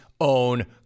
own